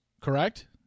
correct